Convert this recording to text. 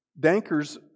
Danker's